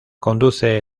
conduce